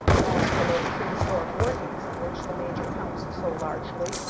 as for those prehistoric workings on which the major counts so largely,